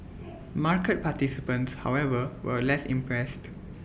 market participants however were less impressed